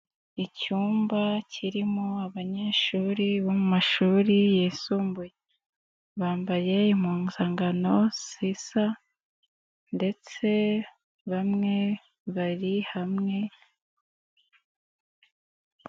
Icyumba kirimo abanyeshuri bo mu mashuri yisumbuye, bambaye impunzankano zisa, ndetse bamwe bari hamwe.